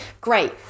great